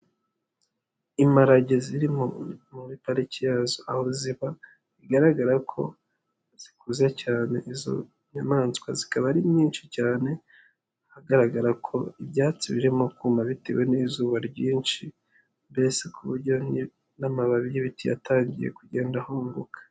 Imparage ziri muri pariki yazo, aho ziba, bigaragara ko zikuze cyane izo nyamaswa zikaba ari nyinshi cyane, ahagaragara ko ibyatsi birimo kuma bitewe n'izuba ryinshi, mbese ku buryo n'amababi y'ibiti yatangiye kugenda ahunguka.